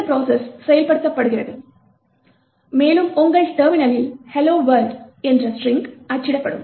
இந்த ப்ரோசஸ் செயல்படுத்தப்படுகிறது மேலும் உங்கள் டெர்மினலில் "Hello world" என்ற ஸ்ட்ரிங் அச்சிடப்படும்